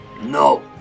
No